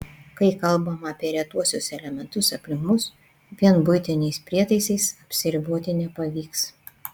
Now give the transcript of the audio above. kai kalbama apie retuosius elementus aplink mus vien buitiniais prietaisais apsiriboti nepavyks